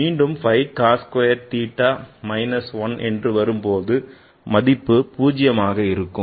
மீண்டும் 5 cos square theta minus 1 வரும் போது மதிப்பு 0 ஆக இருக்கும்